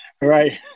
Right